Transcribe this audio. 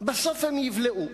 בסוף הם יבלעו.